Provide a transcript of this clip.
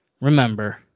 Remember